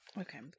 Okay